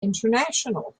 international